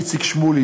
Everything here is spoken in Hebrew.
איציק שמולי,